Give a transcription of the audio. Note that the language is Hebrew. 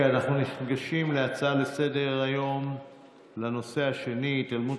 אנחנו עוברים להצעות לסדר-היום בנושא: התעלמות